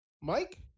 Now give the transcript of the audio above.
Mike